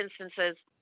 instances